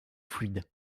fluide